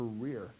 career